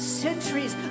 centuries